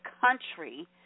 country